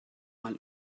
mal